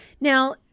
Now